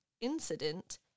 incident